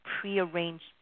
prearranged